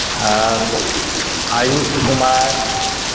आ आयूष कुमार